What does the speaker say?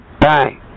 bang